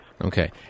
Okay